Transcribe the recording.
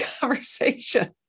conversation